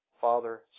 Father